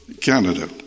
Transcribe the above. Canada